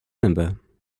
number